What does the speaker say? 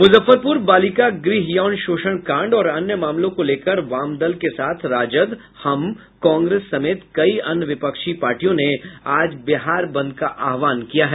मुजफ्फरपुर बालिका गृह यौन शोषण कांड और अन्य मामलों को लेकर वाम दल के साथ राजद हम कांग्रेस समेत कई अन्य विपक्षी पार्टियों ने आज बिहार बंद का आह्वान किया है